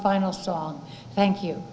final song thank you